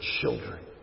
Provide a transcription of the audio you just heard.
children